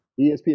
ESPN